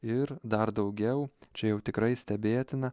ir dar daugiau čia jau tikrai stebėtina